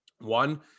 One